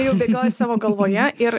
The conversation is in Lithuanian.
jau bėgioji savo galvoje ir